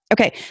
Okay